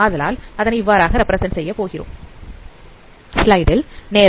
ஆதலால் அதனை இவ்வாறாக ரெப்பிரசன்ட் செய்கிறோம்